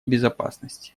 безопасности